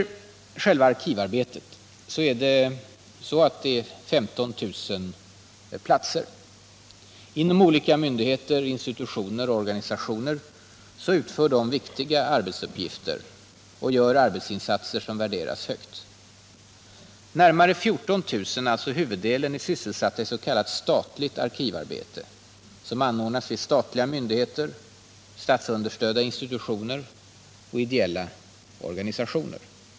I själva arkivarbetet finns det 15 000 platser. Inom olika myndigheter, institutioner och organisationer utför den personalen viktiga arbetsuppgifter och gör insatser som värderas högt. Närmare 14 000, alltså huvuddelen, är sysselsatta i s.k. statligt arkivarbete, som anordnas vid statliga myndigheter, statsunderstödda institutioner och ideella organisationer.